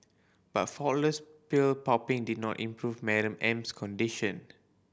but faultless pill popping did not improve Madam M's condition